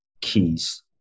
keys